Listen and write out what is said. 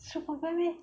so perempuan eh